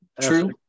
True